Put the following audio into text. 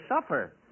suffer